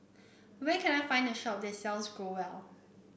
where can I find a shop that sells Growell